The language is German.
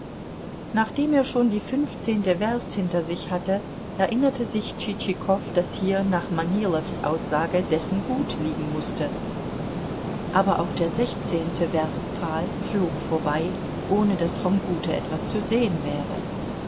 nachdem er schon die fünfzehnte werst hinter sich hatte erinnerte sich tschitschikow daß hier nach manilows aussage dessen gut liegen mußte aber auch der sechzehnte werstpfahl flog vorbei ohne daß vom gute etwas zu sehen wäre